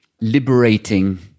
liberating